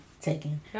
taking